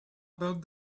about